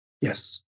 Yes